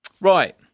Right